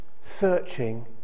searching